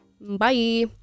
bye